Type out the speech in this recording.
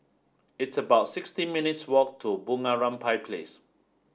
it's about sixty minutes' walk to Bunga Rampai Place